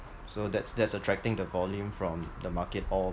so that's that's attracting the volume from the market all